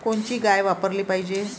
कोनची गाय वापराली पाहिजे?